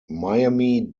miami